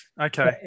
Okay